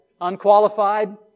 Unqualified